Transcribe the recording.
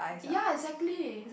ya exactly